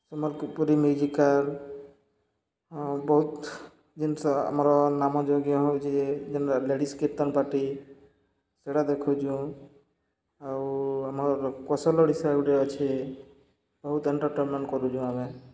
Sambalpuri musical ବହୁତ୍ ଜିନିଷ୍ ଆମର୍ ନାମଯଜ୍ଞ ହଉଛେ ଯେନ୍ଟା ଲେଡ଼ିସ୍ କୀର୍ତ୍ତନ୍ ପାର୍ଟି ସେଟା ଦେଖୁଚୁଁ ଆଉ ଆମର୍ କୋଶଲ୍ ଓଡ଼ିଶା ଗୁଟେ ଅଛେ ବହୁତ୍ ଏଣ୍ଟର୍ଟେନ୍ମେଣ୍ଟ୍ କରୁଚୁଁ ଆମେ